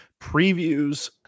Previews